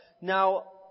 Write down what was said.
Now